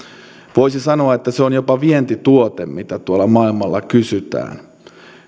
voisi sanoa että se on jopa sellainen vientituote mitä tuolla maailmalla kysytään